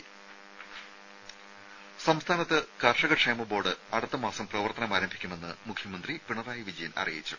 രുമ സംസ്ഥാനത്ത് കർഷകക്ഷേമ ബോർഡ് അടുത്ത മാസം പ്രവർത്തനം ആരംഭിക്കുമെന്ന് മുഖ്യമന്ത്രി പിണറായി വിജയൻ അറിയിച്ചു